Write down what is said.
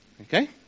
Okay